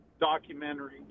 documentary